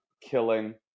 killing